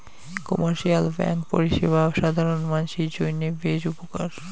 commercial bank পরিষেবা সাধারণ মানসির জইন্যে বেশ উপকার